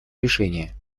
решения